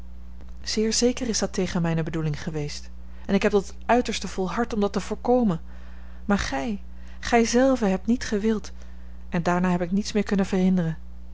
zeer zeker is dat tegen mijne bedoeling geweest en ik heb tot het uiterste volhard om dat te voorkomen maar gij gij zelve hebt niet gewild en daarna heb ik niets meer kunnen verhinderen